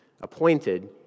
appointed